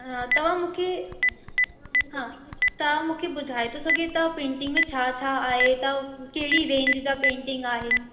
हा तव्हां मूंखे हा तव्हां मूंखे ॿुधाए थो सघे तव्हां पेंटिंग में छा छा आहे तव्हां कहिड़ी रेंज जा पेंटिंग आहिनि